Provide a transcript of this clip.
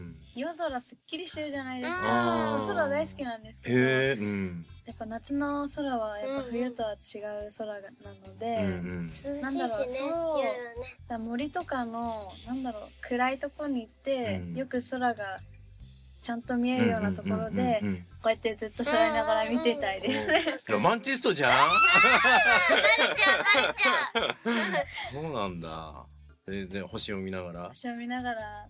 夜空すっきりしてるじゃないですか。うん。空大好きなんですけど、へえ、うん。やっぱ夏の空はやっぱ冬とは違う空が- なので、うんうん。なんだろう、涼しいしね、そう、夜はね。だから森とかの、なんだろう、暗いとこに行って、うん。よく空がちゃんと見えるようなところで、うんうんうんうんうん。こうやってずっと座りながら見てたいです。 うんうんうん。おー。わかる。ロマンチストじゃん。あー、バレちゃう、バレちゃう。 そうなんだ。えー、で、星を見ながら？星を見ながら